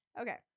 Okay